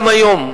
גם היום,